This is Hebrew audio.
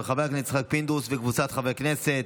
של חבר הכנסת יצחק פינדרוס וקבוצת חברי הכנסת,